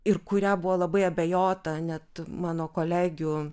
ir kuria buvo labai abejota net mano kolegių